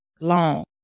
long